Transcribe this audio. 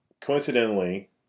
coincidentally